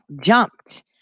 jumped